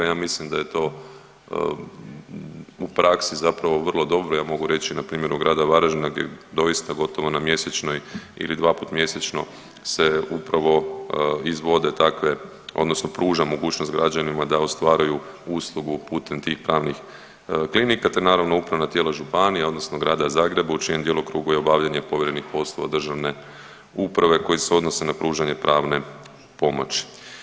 Ja mislim da je to u praksi zapravo vrlo dobro, ja mogu reći na primjeru gradu Varaždinu gdje doista gotovo na mjesečnoj ili dva put mjesečno se upravo izvode takve odnosno pruža mogućnost građanima da ostvaruju uslugu putem tih pravnih klinika, te naravno upravna tijela županija odnosno Grada Zagreba u čijem djelokrugu je obavljanje povremenih poslova državne uprave koji se odnose na pružanje pravne pomoći.